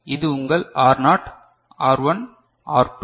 இது உங்கள் R not R 1 R 2